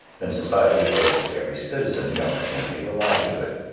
then society owes to every citizen the opportunity of a livelihood.